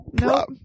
No